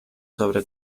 sobre